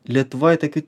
lietuvoj tokių